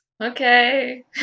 Okay